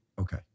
Okay